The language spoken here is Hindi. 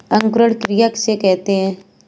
अंकुरण क्रिया किसे कहते हैं?